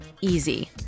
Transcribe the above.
easy